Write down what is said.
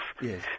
Yes